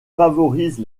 favorise